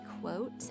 quote